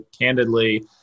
candidly